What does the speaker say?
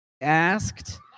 asked